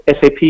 SAP